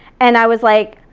and i was like,